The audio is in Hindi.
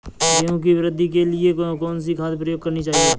गेहूँ की वृद्धि के लिए कौनसी खाद प्रयोग करनी चाहिए?